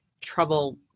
trouble